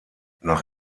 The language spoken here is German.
nach